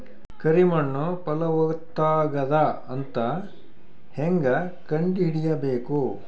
ಕರಿ ಮಣ್ಣು ಫಲವತ್ತಾಗದ ಅಂತ ಹೇಂಗ ಕಂಡುಹಿಡಿಬೇಕು?